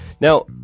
Now